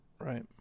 Right